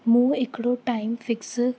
मू हिकिड़ो time fix